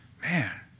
Man